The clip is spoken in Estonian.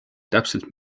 täpselt